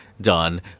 done